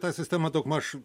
tą sistemą daugmaž